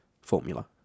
formula